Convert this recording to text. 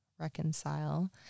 Reconcile